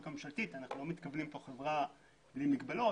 הממשלתית אנחנו --- חברה עם מגבלות,